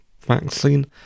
vaccine